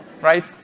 right